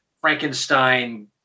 Frankenstein